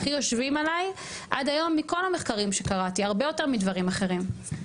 שהכי יושבים עליי עד היום מכל המחקרים שקראתי הרבה יותר מדברים אחרים.